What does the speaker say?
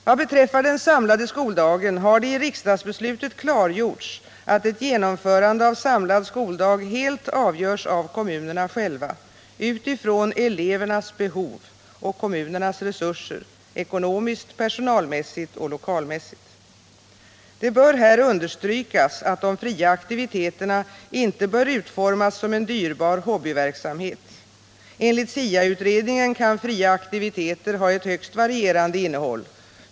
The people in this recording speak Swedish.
Vad beträffar den samlade skoldagen har det i riksdagsbeslutet klargjorts att ett genomförande av samlad skoldag helt avgörs av kommunerna själva, utifrån elevernas behov och kommunernas resurser, ekonomiskt, personalmässigt och lokalmässigt. Det bör här understrykas att de fria aktiviteterna inte bör utformas som en dyrbar hobbyverksamhet. Enligt SIA-utredningen kan fria aktiviteter ha ett högst varierande innehåll.